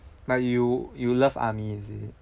but you you love army is it